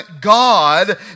God